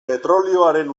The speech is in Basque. petrolioaren